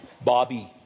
Bobby